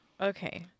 Okay